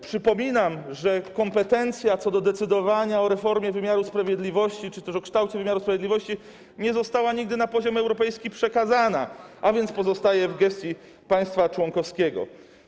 Przypominam, że kompetencja co do decydowania o reformie wymiaru sprawiedliwości czy też o kształcie wymiaru sprawiedliwości nie została nigdy przekazana na poziom europejski, więc pozostaje w gestii państwa członkowskiego.